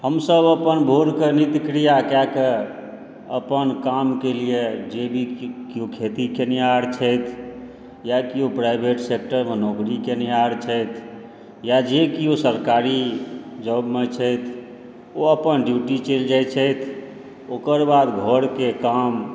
हमसब अपन भोर कऽ नित्यक्रिया कए कऽ अपन काम के लिए जे भी केओ खेती केनिहार छथि या केओ प्राइवेट सेक्टरमे नौकरी केनिहार छथि या जे केओ सरकारी जॉबमे छथि ओ अपन ड्यूटी चलि जाइ छथि ओकर बाद घर के काम